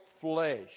flesh